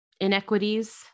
inequities